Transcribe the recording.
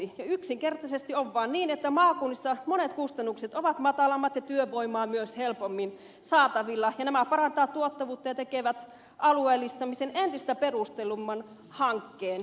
yksinkertaisesti on vaan niin että maakunnissa monet kustannukset ovat matalammat ja työvoimaa myös helpommin saatavilla ja nämä parantavat tuottavuutta ja tekevät alueellistamisesta entistä perustellumman hankkeen